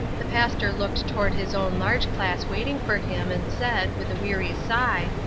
the pastor looked toward his own large class waiting for him, and said, with a weary sigh